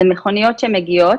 אלה מכוניות שמגיעות